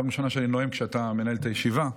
זו הפעם הראשונה שאני נואם כשאתה מנהל את הישיבה.